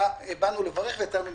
באנו לברך ויצאנו מקללים.